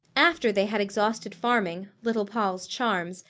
after they had exhausted farming, little poll's charms,